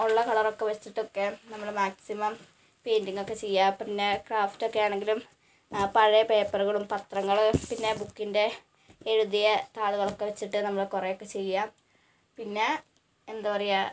ഉള്ള കളറൊക്കെ വച്ചിട്ടൊക്കെ നമ്മൾ മാക്സിമം പെയിൻ്റിങ്ങൊക്കെ ചെയ്യുക പിന്നെ ക്രഫ്റ്റ് ഒക്കെയാണെങ്കിലും പഴയ പേപ്പറുകളും പത്രങ്ങൾ പിന്നെ ബുക്കിൻ്റെ എഴുതിയ താളുകളൊക്കെ വച്ചിട്ട് നമ്മൾ കുറേയൊക്കെ ചെയ്യുക പിന്നെ എന്താണ് പറയുക